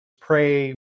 pray